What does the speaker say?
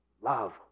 love